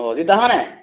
অঁ অজিত দা হয়নে